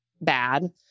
bad